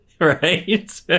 Right